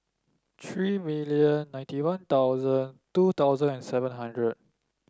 three million ninety One Thousand two thousand and seven hundred